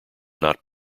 not